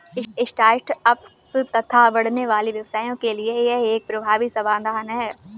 start ups तथा बढ़ने वाले व्यवसायों के लिए यह एक प्रभावी समाधान है